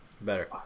Better